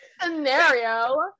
Scenario